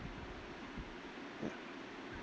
yeah